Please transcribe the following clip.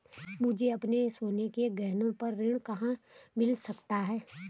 मुझे अपने सोने के गहनों पर ऋण कहाँ मिल सकता है?